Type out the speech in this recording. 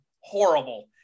Horrible